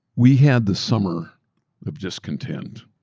we had the summer of discontent.